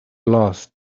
lost